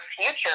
future